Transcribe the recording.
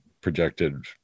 projected